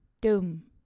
doom